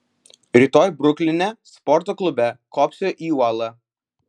rytoj brukline sporto klube kopsiu į uolą